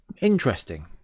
interesting